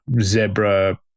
zebra